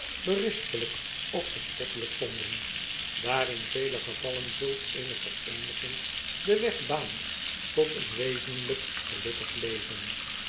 berispelyk of bespottelyk vonden daar in vele gevallen zulk eene vereeniging den mg baant tot een wezenlyk gelukkig leven